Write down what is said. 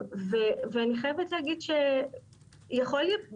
ואני חייבת להגיד שיכול להיות,